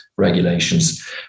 regulations